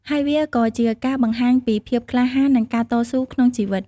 ហើយវាក៏ជាការបង្ហាញពី ភាពក្លាហាន និងការតស៊ូក្នុងជីវិត។